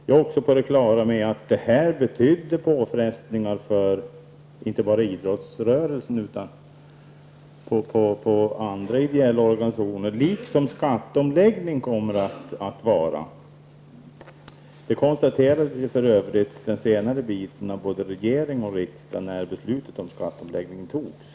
Jag är också på det klara med att sociala avgifter innebär påfrestningar för inte bara idrottsrörelsen utan också andra ideella organisationer, liksom skatteomläggningen kommer att göra. Det senare konstaterade för övrigt både regering och riksdag när beslutet om skatteomläggningen togs.